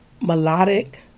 melodic